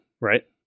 right